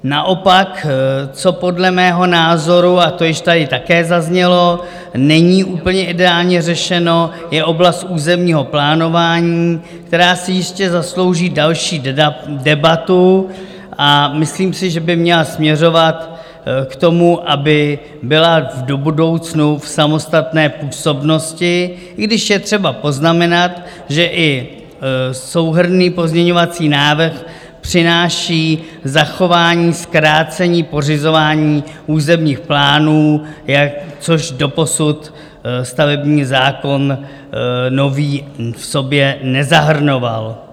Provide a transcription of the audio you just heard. Naopak co podle mého názoru a to již tady také zaznělo není úplně ideálně řešeno, je oblast územního plánování, která si jistě zaslouží další debatu, a myslím si, že by měla směřovat k tomu, aby byla do budoucna v samostatné působnosti, i když je třeba poznamenat, že i souhrnný pozměňovací návrh přináší zachování zkrácení pořizování územních plánů, což doposud stavební zákon nový v sobě nezahrnoval.